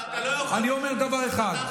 אני אומר דבר אחד,